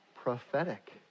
prophetic